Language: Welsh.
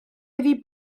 iddi